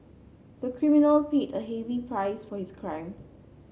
the criminal paid a heavy price for his crime